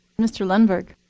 mr. lundberg.